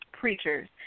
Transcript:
Preachers